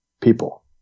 people